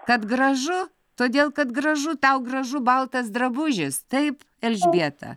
kad gražu todėl kad gražu tau gražu baltas drabužis taip elžbieta